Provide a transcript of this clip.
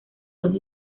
los